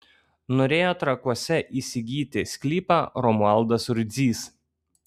norėjo trakuose įsigyti sklypą romualdas rudzys